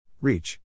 Reach